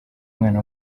umwana